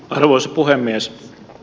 arvoisa puhemies